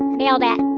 nailed it